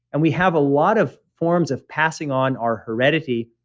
and we have a lot of forms of passing on our heredity,